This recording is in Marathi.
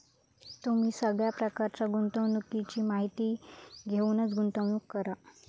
तुम्ही सगळ्या प्रकारच्या गुंतवणुकीची माहिती घेऊनच गुंतवणूक करा